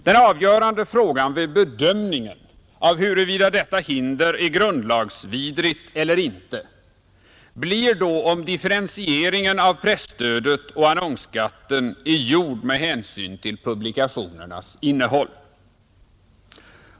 Den avgörande frågan vid bedömningen av huruvida detta hinder är grundlagsvidrigt eller inte blir då, om differentieringen av presstödet och annonsskatten är gjord med hänsyn till publikationernas innehåll.